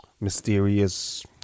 mysterious